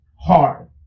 hard